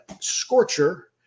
Scorcher